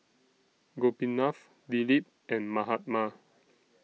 Gopinath Dilip and Mahatma